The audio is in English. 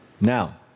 Now